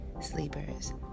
sleepers